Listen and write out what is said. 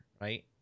right